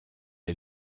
est